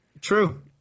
True